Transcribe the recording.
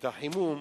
החימום,